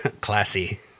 Classy